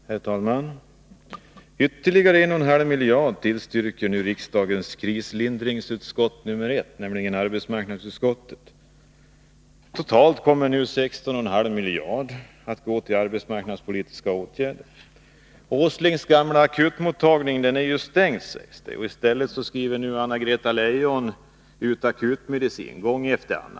Herr talman! Ytterligare 1,5 miljarder till arbetsmarknadspolitiska åtgärder tillstyrker nu riksdagens krislindringsutskott nr 1, arbetsmarknadsutskottet. Totalt kommer 16,5 miljarder att gå till arbetsmarknadspolitiska åtgärder. Nils Åslings gamla akutmottagning sägs vara stängd. I stället skriver Anna-Greta Leijon ut akutmedicin, gång efter gång.